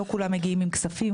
לא כולם מגיעים עם כספים.